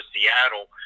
Seattle